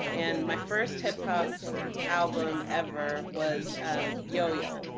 and my first hip-hop album ever was yo-yo.